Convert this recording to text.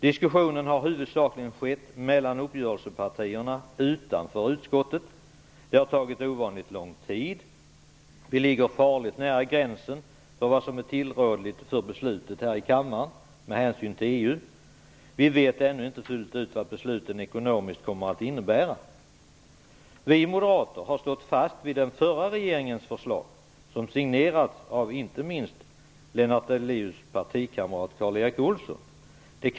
Diskussionen har huvudsakligen förts mellan uppgörelsepartierna utanför utskottet. Det har tagit ovanligt lång tid. Vi ligger farligt nära gränsen för vad som är tillrådligt för beslutet här i kammaren med hänsyn till EU. Vi vet ännu inte fullt ut vad besluten ekonomiskt kommer att innebära. Vi moderater har stått fast vid den förra regeringens förslag, som signerats av inte minst Lennart Daléus partikamrat Karl Erik Olsson.